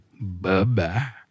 Bye-bye